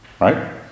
right